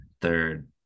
third